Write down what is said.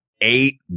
eight